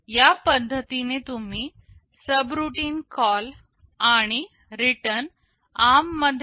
या पद्धतीने तुम्ही सबरूटीन कॉल आणि रिटर्न ARM मध्ये इम्प्लिमेंट करत आहे